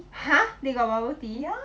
!huh! they got bubble tea